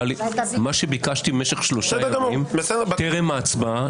-- מה שביקשתי במשך שלושה ימים טרם ההצבעה,